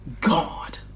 God